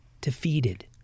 defeated